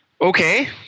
Okay